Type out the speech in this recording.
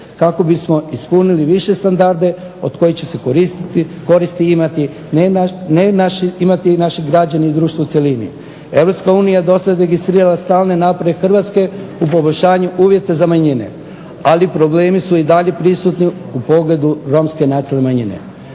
kako bismo ispunili više standarde od kojih će koristi imati naši građani i društvo u cjelini. Europska unija do sada je registrirala stalne napore Hrvatske u poboljšanju uvjeta za manjine ali problemi su i dalje prisutni u pogledu romske nacionalne manjine.